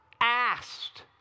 asked